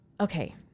Okay